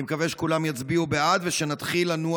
אני מקווה שכולם יצביעו בעד ושנתחיל לנוע